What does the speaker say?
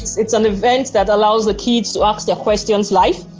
it's an event that allows the kids to ask their questions live,